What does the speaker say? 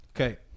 Okay